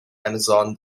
amazon